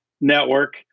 network